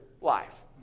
life